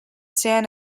san